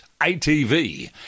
ATV